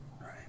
right